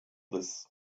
this